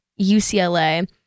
UCLA